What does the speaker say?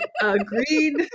Agreed